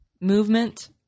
movement